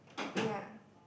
ya